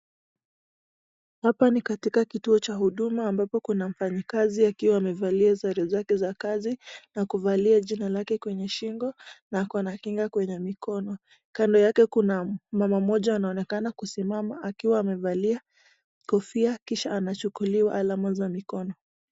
Hapa ni katika kituo cha huduma ambapo kuna mfanyikazi akiwa amevalia sare zake za kazi na kuvalia jina lake kwenye shingo na ako na kinga kwenye mikono. Kando yake kuna mama moja anaonekana kusimama akiwa amevalia kofia kisha anachukuliwa alama za mikono.